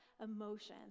emotions